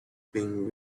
been